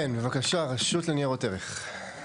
כן, בבקשה, הרשות לניירות ערך.